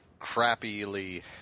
crappily